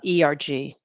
ERG